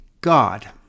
God